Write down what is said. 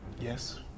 Yes